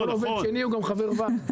כל עובד שני הוא גם חבר ועד.